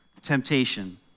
Temptation